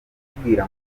kukubwira